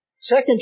Second